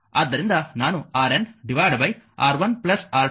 ಆದ್ದರಿಂದ ನಾನು RN R1 R2